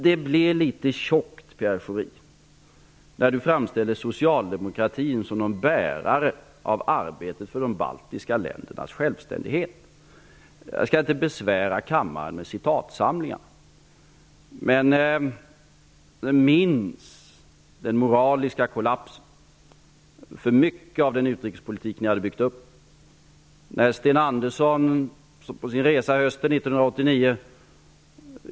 Det blir dock litet för mycket när Pierre Schori framställer socialdemokratin som en bärare av arbetet för de baltiska ländernas självständighet. Jag skall inte besvära kammaren med uppläsningar av citat. Vi kan bara minnas den moraliska kollapsen för en stor del av den utrikespolitik ni hade byggt upp som inträffade när Sten Andersson var på resa i öster 1989.